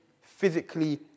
physically